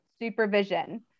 supervision